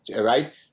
right